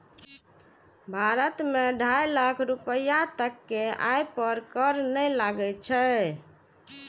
भारत मे ढाइ लाख रुपैया तक के आय पर कर नै लागै छै